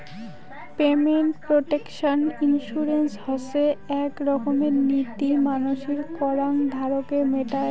payment protection insurance হসে আক রকমের নীতি মানসির করাং ধারকে মেটায়